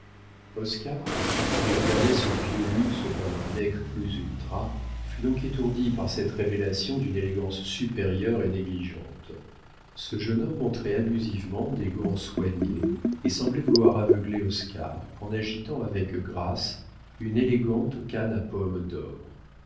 oscar qui regardait ce vieux luxe comme un nec plus ultra fut donc étourdi par cette révélation d'une élégance supérieure et négligente ce jeune homme montrait abusivement des gants soignés et semblait vouloir aveugler oscar en agitant avec grâce une élégante canne à pomme d'or